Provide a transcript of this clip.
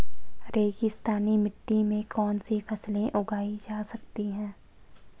रेगिस्तानी मिट्टी में कौनसी फसलें उगाई जा सकती हैं?